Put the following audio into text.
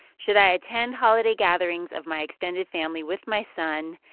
should i attend holiday gatherings of my extended family with my son?